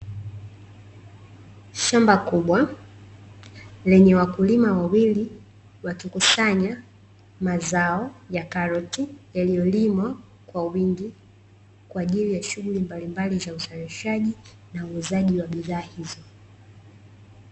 Shamba kubwa, lenye wakulima wawili wakikusanya mazao ya karoti, yaliyolimwa kwa wingi kwa ajili ya shughuli mbalimbali za uzalishaji na uuzaji wa bidhaa hizo.